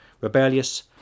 rebellious